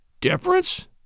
Difference